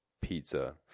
Pizza